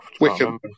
Wickham